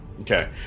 okay